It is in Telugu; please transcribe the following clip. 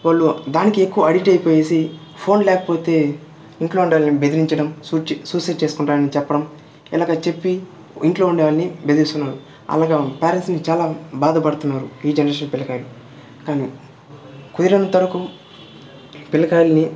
వళ్ళు దానికి ఎక్కువ అడిక్ట్ అయిపోయేసి ఫోన్ లేకపోతే ఇంట్లో ఉండాలి అని బెదిరించడం సూచి సూసైడ్ చేసుకుంటానని చెప్పడం ఇలగ చెప్పి ఇంట్లో ఉండేవాల్ని బెదిరిస్తున్నారు అలాగ పేరెంట్స్ని చాలా బాధపడుతున్నారు ఈ జనరేషన్ పిల్లకాయలు కాని కుదిరినంత వరకు పిల్లకాయిల్ని